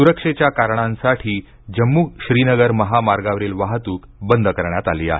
सुरक्षेच्या कारणांसाठी जम्मू श्रीनगर महामार्गा वरील वाहतूक बंद करण्यात आली आहे